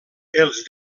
els